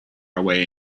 away